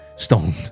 Stone